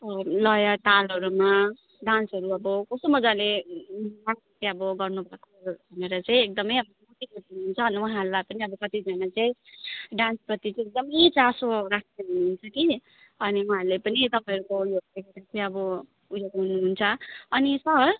लय तालहरूमा डान्सहरू अब कस्तो मजाले गर्नु भएको भनेर चाहिँ एकदमै वहाँहरूलाई पनि कतिजना चाहिँ डान्स प्रति एकदमै चासो राखेको हुनुहुन्छ कि अनि वहाँहरूले पनि तपाईँहरूको उयो अब उयो गर्नुहुन्छ अनि सर